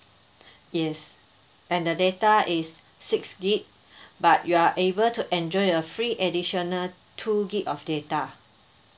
yes and the data is six gig but you are able to enjoy a free additional two gig of data